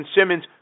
Simmons